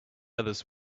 others